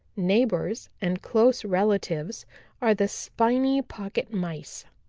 neighbors and close relatives are the spiny pocket mice.